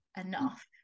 enough